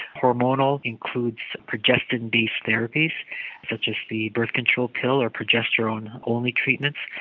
hormonal includes progestin based therapies such as the birth control pill, or progesterone only treatments.